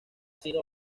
sido